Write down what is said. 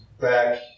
back